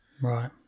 Right